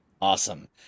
Awesome